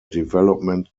development